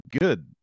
good